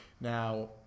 Now